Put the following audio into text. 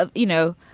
ah you know,